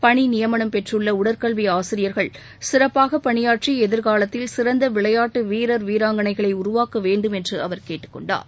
பணி நியமனம் பெற்றுள்ள உடற்கல்வி ஆசிரியர்கள் சிறப்பாக பணியாற்றி எதிர்காலத்தில் சிறந்த விளையாட்டு வீரர் வீராங்கனைகளை உருவாக்க வேண்டும் என்று அவர் கேட்டுக்கொண்டார்